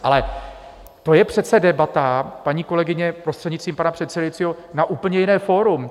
Ale to je přece debata, paní kolegyně, prostřednictvím pana předsedajícího, na úplně jiné fórum.